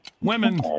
Women